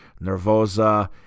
Nervosa